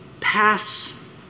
pass